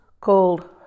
called